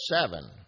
seven